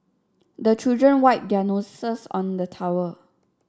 the children wipe their noses on the towel